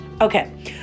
Okay